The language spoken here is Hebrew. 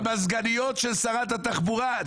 על המזגניות של שרת התחבורה.